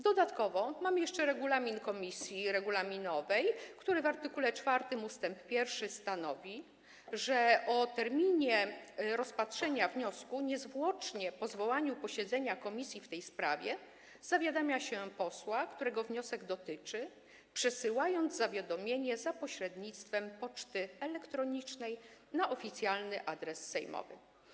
Dodatkowo mam jeszcze regulamin komisji regulaminowej, który w art. 4 ust. 1 stanowi, że o terminie rozpatrzenia wniosku niezwłocznie po zwołaniu posiedzenia komisji w tej sprawie zawiadamia się posła, którego wniosek dotyczy, przesyłając zawiadomienie za pośrednictwem poczty elektronicznej na oficjalny adres sejmowy.